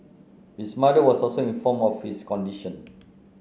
his mother was also informed of his condition